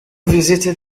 visited